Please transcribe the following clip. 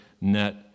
net